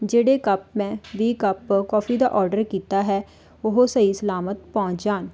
ਜਿਹੜੇ ਕੱਪ ਮੈਂ ਵੀਹ ਕੱਪ ਕੌਫੀ ਦਾ ਔਡਰ ਕੀਤਾ ਹੈ ਉਹ ਸਹੀ ਸਲਾਮਤ ਪਹੁੰਚ ਜਾਣ